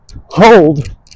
Hold